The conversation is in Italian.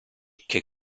che